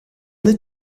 dit